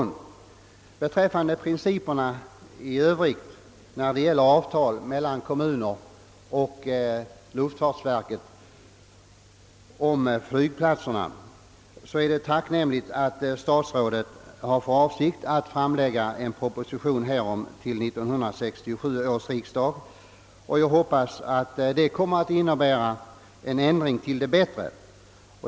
Vad beträffar principerna i övrigt när det gäller avtal om flygplatser mellan kommuner och luftfartsverket är det tacknämligt att statsrådet har för avsikt att framlägga en proposition härom till 1967 års riksdag. Jag hoppas att förslaget kommer att medföra en ändring till det bättre.